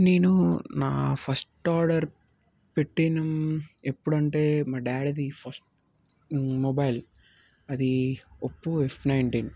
నేను నా first order పెట్టిన ఎప్పుడంటే మా డాడీది ఫస్ట్ మొబైల్ అది ఒప్పో ఎఫ్ నైన్టీన్